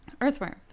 earthworm